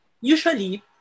usually